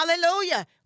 hallelujah